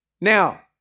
Now